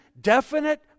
definite